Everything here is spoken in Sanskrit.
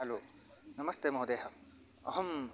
हलो नमस्ते महोदयः अहम्